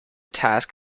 task